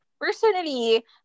Personally